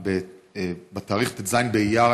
בתאריך ט"ז באייר,